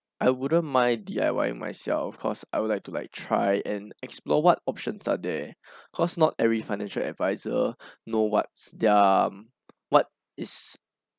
I wouldn't mind D_I_Ying myself cause I would like to like try and explore what options are there cause not every financial adviser know what's their what is